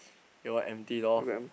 your one empty lor